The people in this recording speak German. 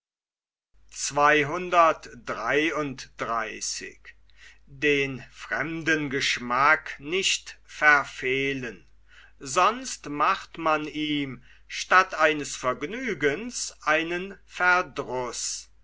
sonst macht man ihm statt eines vergnügens einen verdruß